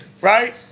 right